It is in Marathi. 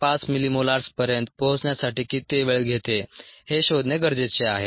5 मिलीमोलार्सपर्यंत पोहोचण्यासाठी किती वेळ घेते हे शोधणे गरजेचे आहे